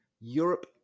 Europe